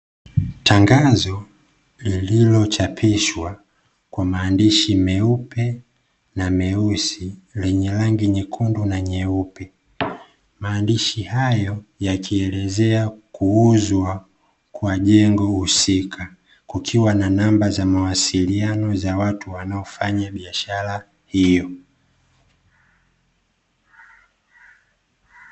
Tangazo lililochapishwa kwa maandishi meupe na meusi lenye rangi nyekundu na nyeupe, maandishi hayo yakielezea kuuzwa kwa jengo husika kukiwa na namba za mawasiliano za watu wanaofanya biashara hiyo.